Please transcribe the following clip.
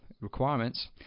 requirements